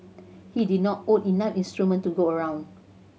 he did not own enough instruments to go around